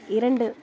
இரண்டு